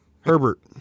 Herbert